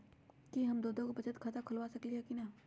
कि हम दो दो गो बचत खाता खोलबा सकली ह की न?